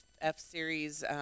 F-series